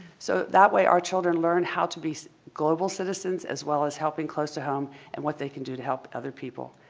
so that way our children learn how to be global citizens as well as helping close to home and what they can do to help other people.